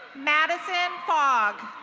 madison fogg.